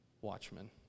watchmen